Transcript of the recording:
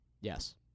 yes